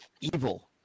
evil